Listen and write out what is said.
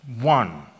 one